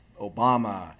Obama